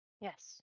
Yes